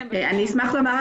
אשמח לומר,